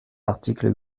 l’article